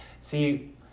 See